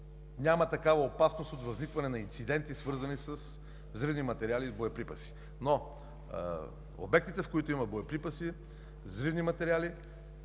няма опасност от възникване на инциденти, свързани с взривни материали и боеприпаси. Обектите, в които има боеприпаси, взривни материали,